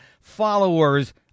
followers